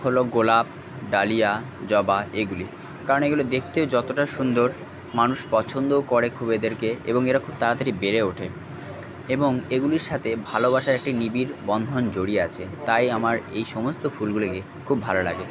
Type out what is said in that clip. হলো গোলাপ ডালিয়া জবা এগুলি কারণ এগুলো দেখতে যতটা সুন্দর মানুষ পছন্দও করে খুব এদেরকে এবং এরা খুব তাড়াতাড়ি বেড়ে ওঠে এবং এগুলির সাথে ভালোবাসার একটি নিবিড় বন্ধন জড়িয়ে আছে তাই আমার এই সমস্ত ফুলগুলিকে খুব ভালো লাগে